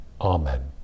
Amen